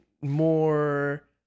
more